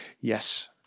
Yes